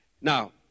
Now